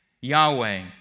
Yahweh